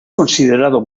considerado